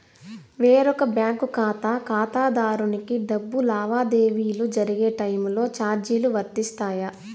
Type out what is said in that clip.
వేరొక బ్యాంకు ఖాతా ఖాతాదారునికి డబ్బు లావాదేవీలు జరిగే టైములో చార్జీలు వర్తిస్తాయా?